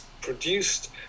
produced